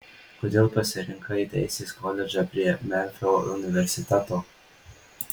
kodėl pasirinkai teisės koledžą prie memfio universiteto